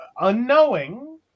unknowing